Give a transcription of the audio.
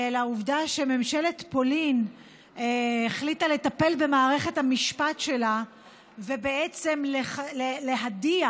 העובדה שממשלת פולין החליטה לטפל במערכת המשפט שלה ובעצם להדיח,